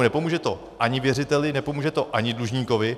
Nepomůže to ani věřiteli, nepomůže to ani dlužníkovi.